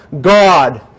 God